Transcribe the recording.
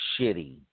shitty